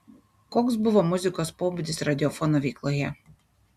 koks buvo muzikos pobūdis radiofono veikloje